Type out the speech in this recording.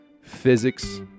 physics